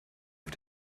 auf